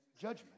judgment